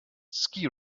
ski